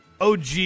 OG